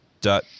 dot